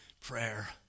prayer